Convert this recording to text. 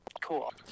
cool